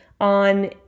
on